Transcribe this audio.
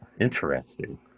Interesting